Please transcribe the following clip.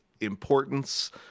importance